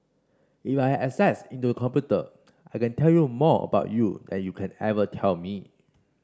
if I had access into your computer I can tell you more about you than you can ever tell me